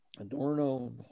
adorno